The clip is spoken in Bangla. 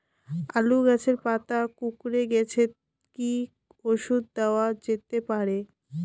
আলু গাছের পাতা কুকরে গেছে কি ঔষধ দেওয়া যেতে পারে?